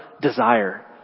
desire